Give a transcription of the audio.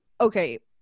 okay